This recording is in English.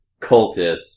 cultists